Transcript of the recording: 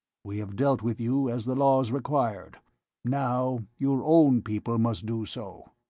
we have dealt with you as the laws required now your own people must do so.